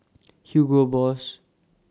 Hugo Boss